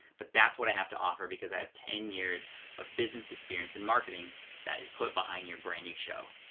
but that's what i have to offer because i have ten years of business experience in marketing that is put behind your brand you show,